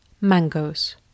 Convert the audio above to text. Mangoes